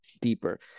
deeper